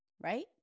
Right